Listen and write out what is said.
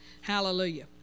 Hallelujah